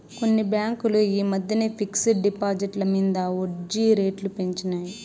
కొన్ని బాంకులు ఈ మద్దెన ఫిక్స్ డ్ డిపాజిట్ల మింద ఒడ్జీ రేట్లు పెంచినాయి